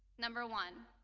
number one,